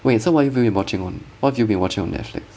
wait so what have yo~ been watching on what have you been watching on netflix